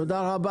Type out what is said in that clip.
תודה רבה,